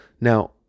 Now